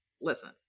listen